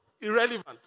irrelevant